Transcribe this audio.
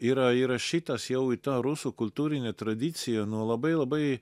yra įrašytas jau į tą rusų kultūrinę tradiciją nuo labai labai